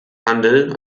handel